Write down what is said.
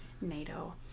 NATO